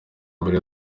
mbere